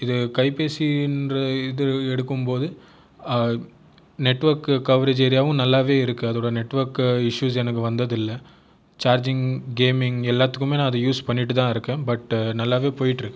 இது கைபேசிங்ற இது எடுக்கும் போது நெட் ஒர்க் கவரேஜ் ஏரியாவும் நல்லாவே இருக்குது அதோடய நெட் ஒர்க் இஸ்யூஷ் எனக்கு வந்தது இல்லை சார்ஜிங் கேமிங் எல்லாத்துக்குமே நான் அதை யூஸ் பண்ணிகிட்டு தான் இருக்கேன் பட் நல்லாவே போய்கிட்டு இருக்குது